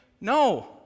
No